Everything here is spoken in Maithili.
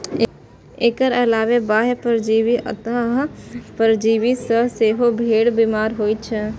एकर अलावे बाह्य परजीवी आ अंतः परजीवी सं सेहो भेड़ बीमार होइ छै